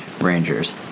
Rangers